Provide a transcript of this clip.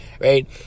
right